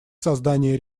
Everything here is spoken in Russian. создание